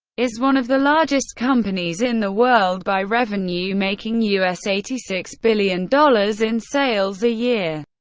is one of the largest companies in the world by revenue, making us eighty six billion dollars in sales a year.